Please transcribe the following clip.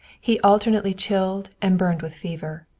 he alternately chilled and burned with fever,